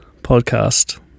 podcast